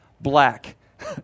black